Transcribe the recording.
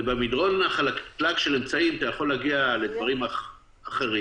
ובמדרון החלקלק של אמצעים אתה יכול להגיע לדברים אחרים.